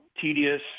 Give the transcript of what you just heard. tedious